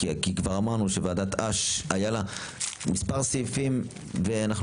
כי כבר אמרנו שוועדת אש היה לה מספר סעיפים ואנחנו